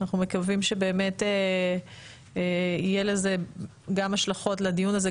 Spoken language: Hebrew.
אנחנו מקווים שבאמת יהיה לזה גם השלכות לדיון הזה,